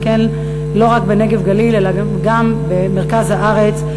גם כן לא רק בנגב גליל אלא גם במרכז הארץ,